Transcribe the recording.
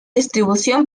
distribución